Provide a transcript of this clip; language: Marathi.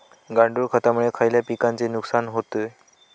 गांडूळ खतामुळे खयल्या पिकांचे नुकसान होते?